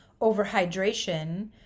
overhydration